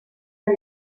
del